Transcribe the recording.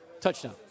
Touchdown